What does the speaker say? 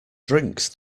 drinks